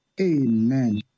Amen